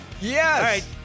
Yes